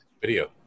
video